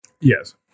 yes